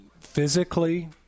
physically